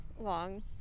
long